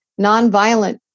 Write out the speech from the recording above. nonviolent